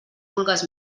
vulgues